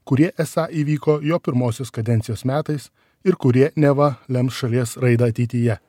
kurie esą įvyko jo pirmosios kadencijos metais ir kurie neva lems šalies raidą ateityje